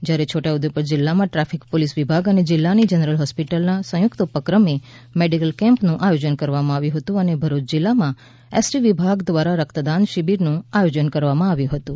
જ્યારે છોટાઉદ્દેપુર જિલ્લામાં traffic police વિભાગ અને જિલ્લાની જનરલ હોસ્પિટલના સંયુક્ત ઉપક્રમે મેડિકલ કેમ્પનું આયોજન કરવામાં આવ્યું હતું અને ભરૂચ જિલ્લામાં એસટી વિભાગ દ્વારા રક્તદાન શિબિરનું આયોજન કરવામાં આવ્યુ હતું